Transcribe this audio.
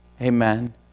Amen